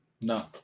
No